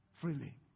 freely